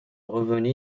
revenus